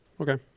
Okay